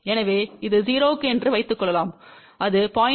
எனவே இது 0 என்று வைத்துக்கொள்வோம் அது 0